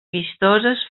vistoses